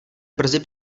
brzy